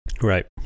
Right